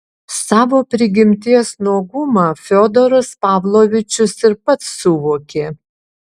savo prigimties nuogumą fiodoras pavlovičius ir pats suvokė